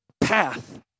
path